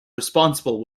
responsible